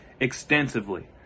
Extensively